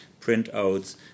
printouts